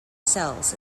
cells